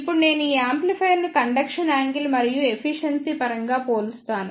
ఇప్పుడు నేను ఈ యాంప్లిఫైయర్లను కండక్షన్ యాంగిల్ మరియు ఎఫిషియెన్సీ పరంగా పోలుస్తాను